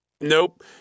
nope